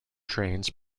trains